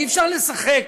אי-אפשר לשחק